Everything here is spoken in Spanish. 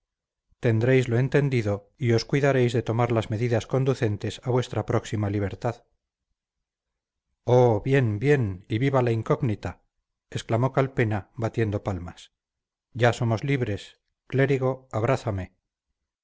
tristeza tendreislo entendido y os cuidaréis de tomar las medidas conducentes a vuestra próxima libertad oh bien bien y viva la incógnita exclamó calpena batiendo palmas ya somos libres clérigo abrázame